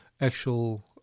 actual